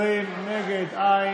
בעד, 20, נגד, אין,